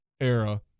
era